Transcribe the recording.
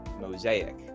Mosaic